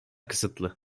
kısıtlı